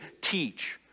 teach